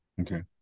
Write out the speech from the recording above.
Okay